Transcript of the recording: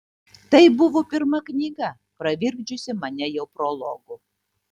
tai buvo pirma knyga pravirkdžiusi mane jau prologu